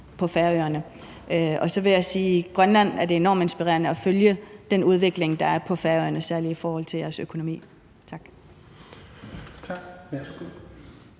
på Færøerne? Så vil jeg sige, at i Grønland er det enormt inspirerende at følge den udvikling, der er på Færøerne, særlig i forhold til jeres økonomi. Tak.